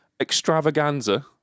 extravaganza